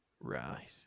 Right